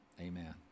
Amen